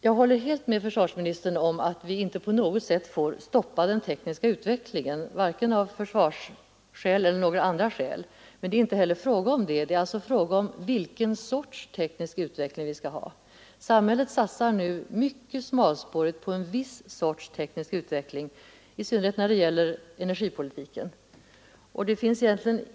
Jag håller helt med försvarsministern om att vi inte bör stoppa den tekniska utvecklingen, vare sig av försvarsskäl eller av några andra skäl, men det är inte heller fråga om det utan om vilken sorts teknisk utveckling vi skall ha. Samhället satsar nu mycket smalspårigt på en viss tiska synpunkter på energiförsörjningen tiska synpunkter på energiförsörjningen sorts teknisk utveckling, i synnerhet när det gäller energipolitiken.